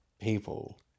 people